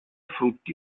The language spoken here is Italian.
frutti